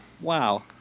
Wow